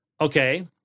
Okay